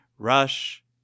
Rush